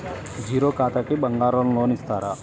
Zero ఖాతాకి బంగారం loan ఇస్తారా?